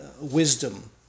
wisdom